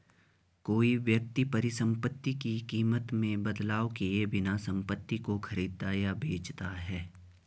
कोई व्यक्ति परिसंपत्ति की कीमत में बदलाव किए बिना संपत्ति को खरीदता या बेचता है